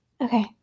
Okay